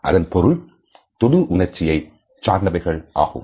அதன் பொருள் தொடு உணர்ச்சியை சார்ந்தவைகள் ஆகும்